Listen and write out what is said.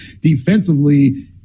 defensively